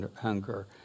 hunger